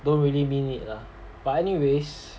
don't really mean it lah but anyways